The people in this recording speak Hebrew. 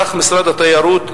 סך משרד התיירות,